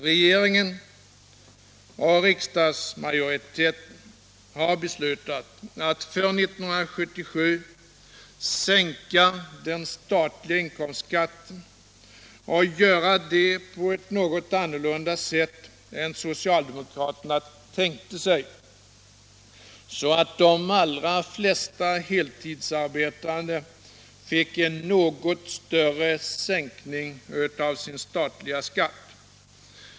Regeringen och riksdagsmajoriteten har beslutat att för 1977 sänka den statliga inkomstskatten och göra det på ett något annorlunda sätt än socialdemokraterna tänkte sig, så att de allra flesta heltidsarbetande fick en något större sänkning av sin statliga skatt.